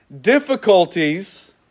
Difficulties